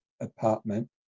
apartment